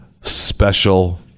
special